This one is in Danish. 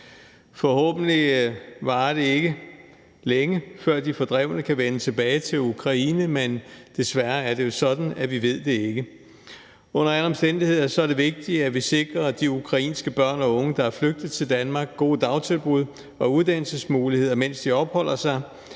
Forhåbentlig varer det ikke længe, før de fordrevne kan vende tilbage til Ukraine, men desværre er det jo sådan, at vi ikke ved det. Under alle omstændigheder er det vigtigt, at vi sikrer de ukrainske børn og unge, der er flygtet til Danmark, gode dagtilbud og uddannelsesmuligheder, mens de opholder sig